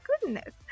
Goodness